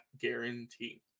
guarantee